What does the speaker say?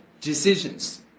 decisions